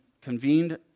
convened